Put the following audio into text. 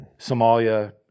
Somalia